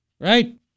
right